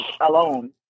alone